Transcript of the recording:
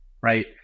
right